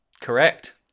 Correct